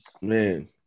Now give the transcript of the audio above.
Man